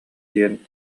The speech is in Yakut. диэн